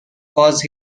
cause